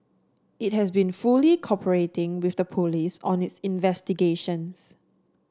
it has been fully cooperating with the police on its investigations